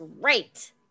great